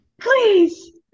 Please